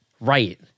Right